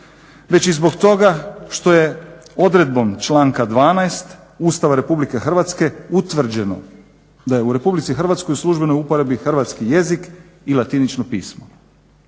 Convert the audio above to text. već i zbog toga što je odredbom članka 12. Ustava Republike Hrvatske utvrđeno da je u Republici Hrvatskoj u službenoj uporabi hrvatski jezik i latinično pismo.